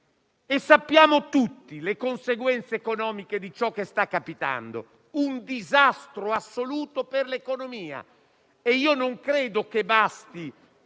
Conosciamo tutti le conseguenze economiche di ciò che sta capitando: un disastro assoluto per l'economia. Io non credo che bastino